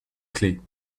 clefs